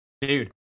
Dude